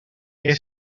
què